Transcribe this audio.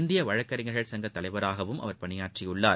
இந்திய வழக்க்றிஞர்கள் சங்கத் தலைவராகவும் அவர் பணியாற்றியிருக்கிறார்